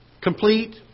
complete